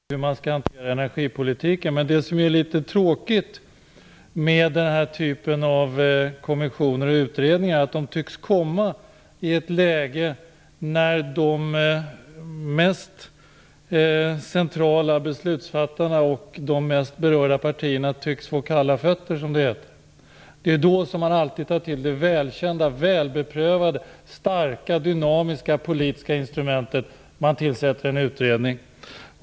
Fru talman! Det är väl riktigt att man behöver utreda energifrågorna och skaffa sig en grund för hur man skall hantera energipolitiken. Men det som är litet tråkigt med den här typen av kommissioner och utredningar är att de kommer i ett läge när de mest centrala beslutsfattarna och de mest berörda partierna tycks få kalla fötter. Det är då som man alltid tar till det välkända, välbeprövade, starka och dynamiska politiska instrumentet; man tillsätter en utredning.